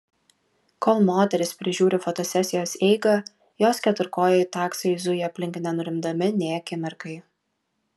kol moteris prižiūri fotosesijos eigą jos keturkojai taksai zuja aplink nenurimdami nė akimirkai